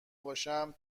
باشم